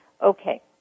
Okay